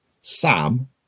Sam